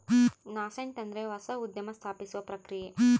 nascent ಅಂದ್ರೆ ಹೊಸ ಉದ್ಯಮ ಸ್ಥಾಪಿಸುವ ಪ್ರಕ್ರಿಯೆ